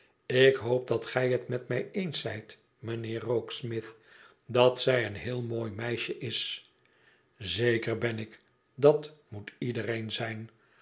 ik hoop dat gij het met mij eens zijt mijnheer rokesmith dat zij een heel mooi meisje is zeker ben ik dat moet iedereen zijn